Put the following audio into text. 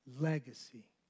legacy